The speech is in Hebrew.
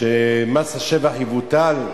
שמס השבח יבוטל,